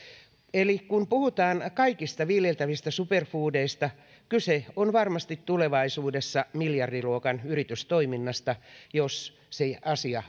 eli kun puhutaan kaikista viljeltävistä superfoodeista kyse on varmasti tulevaisuudessa miljardiluokan yritystoiminnasta jos se asia